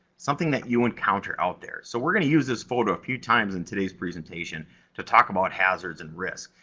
something that you encounter out there. so, we're going to use this photo a few times in today's presentation to talk about hazards and risks,